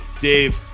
Dave